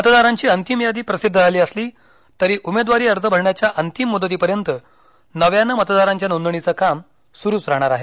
मतदारांची अंतिम यादी प्रसिद्ध झाली असली तरी उमेदवारी अर्ज भरण्याच्या अंतिम मुदतीपर्यंत नव्यानं मतदारांच्या नोंदणीचं काम सुरूच राहणार आहे